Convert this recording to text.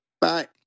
Bye